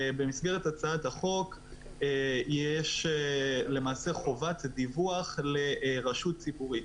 במסגרת הצעת החוק יש למעשה חובת דיווח לרשות ציבורית.